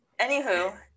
anywho